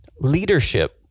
leadership